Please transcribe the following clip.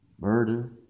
Murder